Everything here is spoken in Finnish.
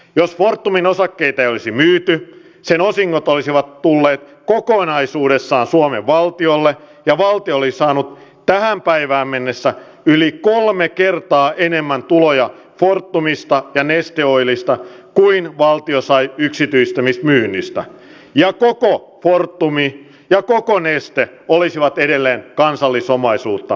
jos fortumin osakkeita ei olisi myyty sen osingot olisivat tulleet kokonaisuudessaan suomen valtiolle ja valtio olisi saanut tähän päivään mennessä yli kolme kertaa enemmän tuloja fortumista ja neste oilista kuin valtio sai yksityistämismyynnistä ja koko fortum ja koko neste olisivat edelleen kansallisomaisuuttamme